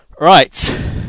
Right